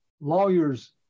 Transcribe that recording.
lawyers